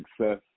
success